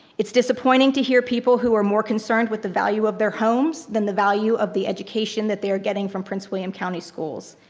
it's disappointing to hear people who are more concerned with the value of their homes than the value of the education that they're getting from prince william county schools.